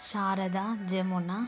Sharada Jamuna